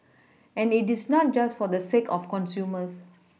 and it is not just for the sake of consumers